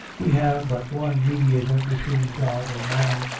we have but one mediator between god and man,